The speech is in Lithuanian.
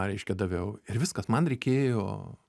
reiškia daviau ir viskas man reikėjo